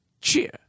Cheer